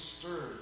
stirred